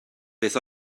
beth